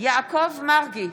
יעקב מרגי,